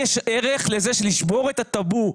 לשבור את הטאבו.